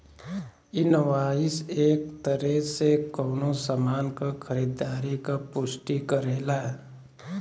invoice एक तरे से कउनो सामान क खरीदारी क पुष्टि करेला